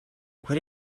what